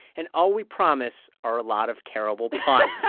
and all we promise are a lot of terrible puns